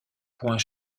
point